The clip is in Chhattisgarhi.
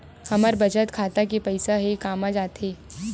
हमर बचत खाता के पईसा हे कामा जाथे?